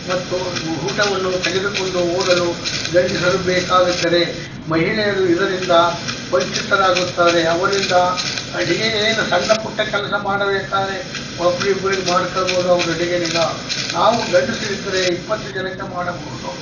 ಮತ್ತು ಹೂ ಊಟವನ್ನು ತೆಗೆದುಕೊಂಡು ಹೋಗಲು ಗಂಡಸರು ಬೇಕಾಗುತ್ತಾರೆ ಮಹಿಳೆಯರು ಇದರಿಂದ ವಂಚಿತರಾಗುತ್ತಾರೆ ಅವರಿಂದ ಅಡುಗೆ ಏನು ಸಣ್ಣಪುಟ್ಟ ಕೆಲಸ ಮಾಡಬೇಕಾದರೆ ಒಬ್ರಿಬ್ರಿಗೆ ಮಾಡ್ಕೊಳ್ಬೋದು ಅವ್ರು ಅಡುಗೆನೀಗ ನಾವು ಗಂಡಸರಿದ್ರೆ ಇಪ್ಪತ್ತು ಜನಕ್ಕೆ ಮಾಡಬಹುದು